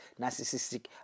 narcissistic